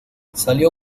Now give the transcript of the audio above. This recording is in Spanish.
salió